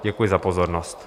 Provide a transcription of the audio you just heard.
Děkuji za pozornost.